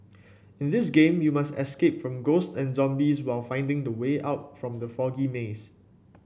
in this game you must escape from ghost and zombies while finding the way out from the foggy maze